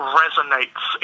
resonates